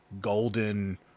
golden